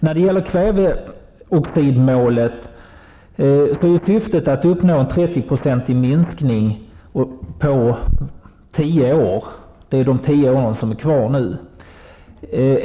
Syftet med kväveoxidmålet är ju att uppnå en 30 procentig minskning under de tio år som nu är kvar.